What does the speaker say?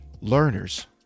learners